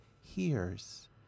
hears